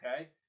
Okay